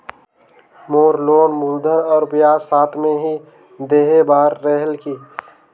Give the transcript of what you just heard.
मोर loan मूलधन और ब्याज साथ मे ही देहे बार रेहेल की?